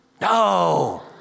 No